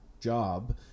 job